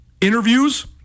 interviews